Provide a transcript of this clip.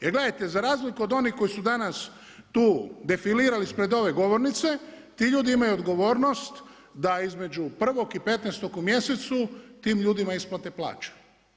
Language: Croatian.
Jer gledajte za razliku od onih koji su danas tu defilirali ispred ove govornice ti ljudi imaju odgovornost da između prvog i petnaestog u mjesecu tim ljudima isplati plaća.